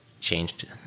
changed